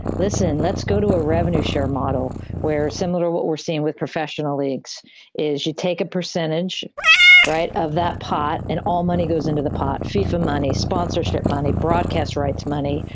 listen, let's go to a revenue share model where similar what we're seeing with professional leagues is you take a percentage of that pot and all money goes into the pot. fifa money, sponsorship money, broadcast rights, money,